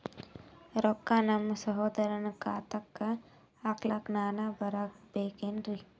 ರೊಕ್ಕ ನಮ್ಮಸಹೋದರನ ಖಾತಾಕ್ಕ ಹಾಕ್ಲಕ ನಾನಾ ಬರಬೇಕೆನ್ರೀ?